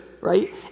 right